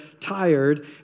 tired